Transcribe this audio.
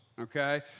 okay